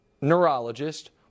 neurologist